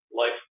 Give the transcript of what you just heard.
life